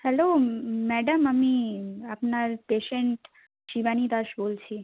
hello madam আমি আপনার patient Shivani Das বলছি